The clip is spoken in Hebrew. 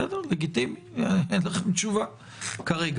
בסדר, לגיטימי, אין לכם תשובה כרגע.